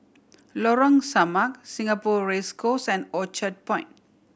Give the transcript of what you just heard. Lorong Samak Singapore Race Course and Orchard Point